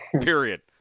period